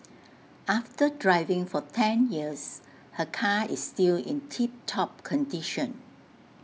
after driving for ten years her car is still in tip top condition